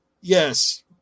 Yes